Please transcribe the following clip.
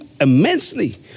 immensely